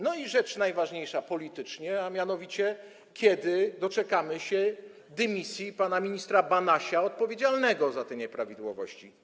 No i rzecz najważniejsza politycznie, mianowicie: Kiedy doczekamy się dymisji pana ministra Banasia odpowiedzialnego za te nieprawidłowości?